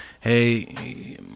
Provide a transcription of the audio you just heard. Hey